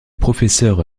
professeur